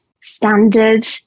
standard